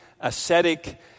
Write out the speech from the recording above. ascetic